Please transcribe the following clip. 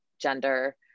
gender